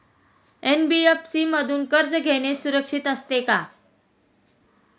NBFC मधून कर्ज घेणे सुरक्षित असते का?